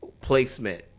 placement